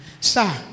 Sir